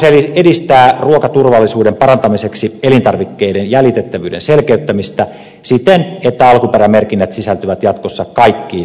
hallitus edistää ruokaturvallisuuden parantamiseksi elintarvikkeiden jäljitettävyyden selkeyttämistä siten että alkuperämerkinnät sisältyvät jatkossa kaikkiin elintarviketuotteisiin